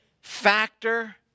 factor